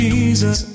Jesus